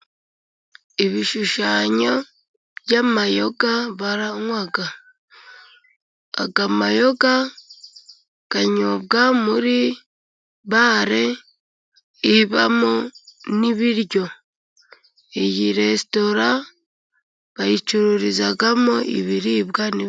Ibishushanyo by'amayoga banywa, amayoga anyobwa muri bare ibamo nibiryo, iyi resitora bayicururizamo ibiribwa n'ibinyobwa.